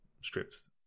strips